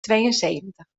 tweeënzeventig